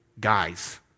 guys